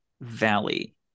valley